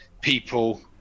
people